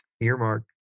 Earmark